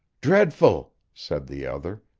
dreadful! said the other.